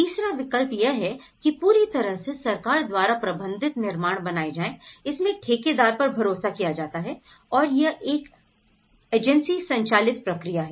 तीसरा विकल्प यह है कि पूरी तरह से सरकार द्वारा प्रबंधित निर्माण बनाए जाएं इसमें ठेकेदार पर भरोसा किया जाता हैं और यह एक एजेंसी संचालित प्रक्रिया है